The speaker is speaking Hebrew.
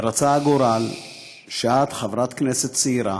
רצה הגורל שאת, חברת כנסת צעירה,